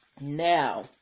Now